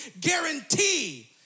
guarantee